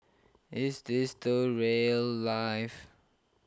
is this the rail life